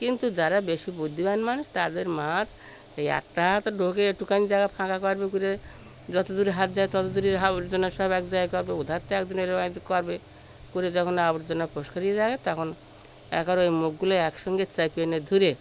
কিন্তু যারা বেশি বুদ্ধিমান মানুষ তাদের মাছ এই একটা হাত ঢুকে একটুখানি জায়গা ফাঁকা করবে করে যত দূরে হাত যায় তত দূরের আবর্জনা সব এক জায়গা করবে ও ধার থেকে একজন এরম করবে করে যখন আবর্জনা পরিষ্কার হয়ে যাবে তখন একেবারে ওই মুখগুলো একসঙ্গে চেপে নিয়ে ধরে